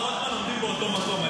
איזנקוט ושמחה רוטמן עומדים באותו מקום.